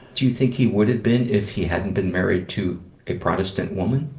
do you think he would've been if he hadn't been married to a protestant woman?